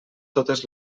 totes